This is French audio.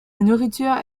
nourriture